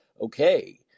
Okay